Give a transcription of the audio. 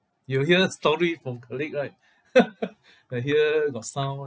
you hear story from colleague right that here got sound [one]